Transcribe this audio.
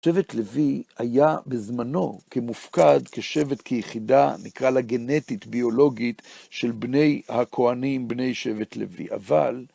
שבט לוי היה בזמנו כמופקד, כשבט, כיחידה, נקרא לה גנטית ביולוגית של בני הכהנים, בני שבט לוי, אבל...